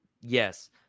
yes